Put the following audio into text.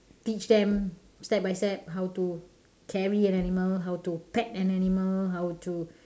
teach them step by step how to carry an animal how to pet an animal how to